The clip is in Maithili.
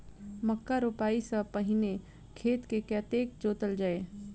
मक्का रोपाइ सँ पहिने खेत केँ कतेक जोतल जाए?